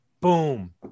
boom